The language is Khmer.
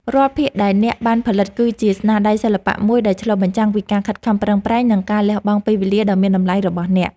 រាល់ភាគដែលអ្នកបានផលិតគឺជាស្នាដៃសិល្បៈមួយដែលឆ្លុះបញ្ចាំងពីការខិតខំប្រឹងប្រែង និងការលះបង់ពេលវេលាដ៏មានតម្លៃរបស់អ្នក។